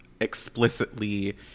explicitly